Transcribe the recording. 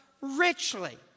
richly